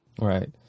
Right